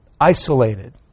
Isolated